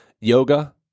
Yoga